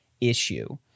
issue